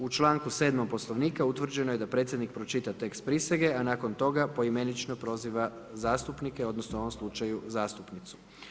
U članku 7. Poslovnika utvrđeno je da predsjednik pročita tekst prisege, a nakon toga poimenično proziva zastupnike odnosno u ovom slučaju zastupnicu.